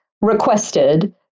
requested